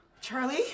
Charlie